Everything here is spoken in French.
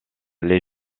les